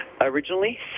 originally